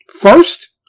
First